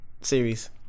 series